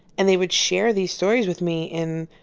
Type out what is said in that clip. and they would share these stories with me in,